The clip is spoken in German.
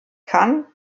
kann